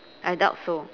I doubt so